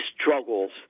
struggles